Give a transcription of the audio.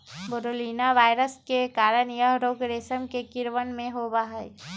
बोरोलीना virus के कारण यह रोग रेशम के कीड़वन में होबा हई